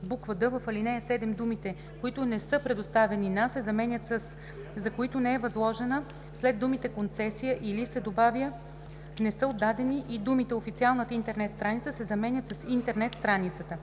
д) в ал. 7 думите „които не са предоставени на“ се заменят със „за които не е възложена“, след думите „концесия или“ се добавя „не са отдадени“ и думите „официалната интернет страница“ се заменят с „интернет страницата“;